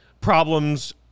problems